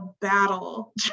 battle